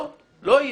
לא יהיה.